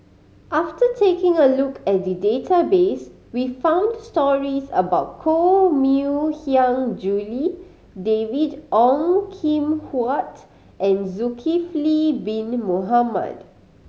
after taking a look at the database we found stories about Koh Mui Hiang Julie David Ong Kim Huat and Zulkifli Bin Mohamed